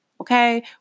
Okay